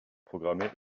programmée